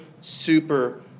super